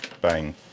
Bang